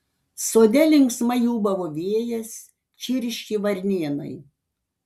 sode linksmai ūbavo vėjas čirškė varnėnai